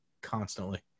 constantly